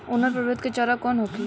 उन्नत प्रभेद के चारा कौन होखे?